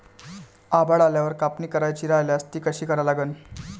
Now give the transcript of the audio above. आभाळ आल्यावर कापनी करायची राह्यल्यास ती कशी करा लागन?